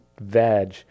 veg